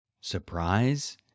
surprise